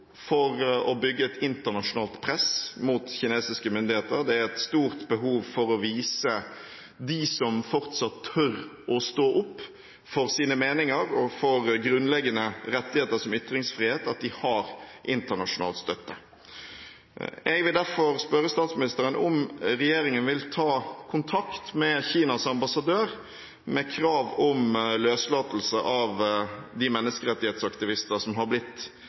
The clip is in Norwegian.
for å bygge et internasjonalt press mot kinesiske myndigheter. Det er et stort behov for å vise dem som fortsatt tør å stå opp for sine meninger og for grunnleggende rettigheter som ytringsfrihet, at de har internasjonal støtte. Jeg vil derfor spørre statsministeren: Vil regjeringen ta kontakt med Kinas ambassadør med krav om løslatelse av de menneskerettighetsaktivister som har blitt